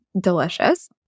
delicious